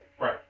right